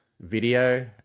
video